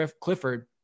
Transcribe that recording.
Clifford